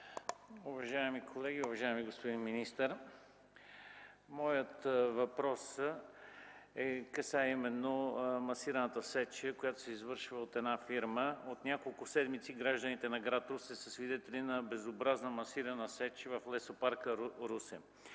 Уважаеми колеги, уважаеми господин министър! Моят въпрос касае именно масираната сеч, която се извършва от една фирма. От няколко седмици гражданите на гр. Русе са свидетели на безобразна масирана сеч в лесопарка – Русе.